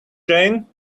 jane